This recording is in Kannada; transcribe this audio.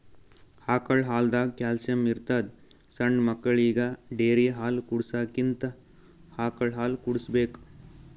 ಆಕಳ್ ಹಾಲ್ದಾಗ್ ಕ್ಯಾಲ್ಸಿಯಂ ಇರ್ತದ್ ಸಣ್ಣ್ ಮಕ್ಕಳಿಗ ಡೇರಿ ಹಾಲ್ ಕುಡ್ಸಕ್ಕಿಂತ ಆಕಳ್ ಹಾಲ್ ಕುಡ್ಸ್ಬೇಕ್